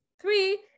Three